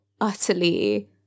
utterly